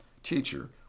teacher